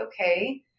okay